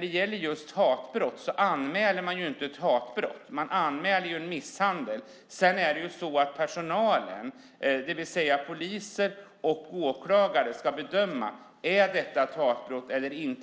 det gäller just hatbrott är det ju egentligen inte ett hatbrott utan en misshandel som man anmäler. Sedan är det personalen, det vill säga polis och åklagare, som ska bedöma om det är ett hatbrott eller inte.